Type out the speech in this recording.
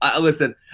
Listen